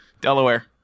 Delaware